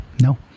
no